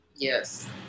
Yes